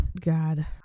God